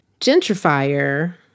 gentrifier